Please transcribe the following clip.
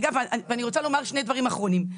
ואני רוצה לומר שני דברים אחרונים.